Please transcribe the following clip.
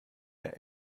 der